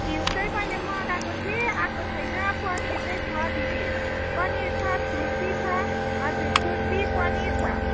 घिउ चाहिँ मैले मगाएको थिएँ आएको छैन पनिर चाहिँ छ दिदी पनिर छ छुर्पी छ हजुर छुर्पि पनिर छ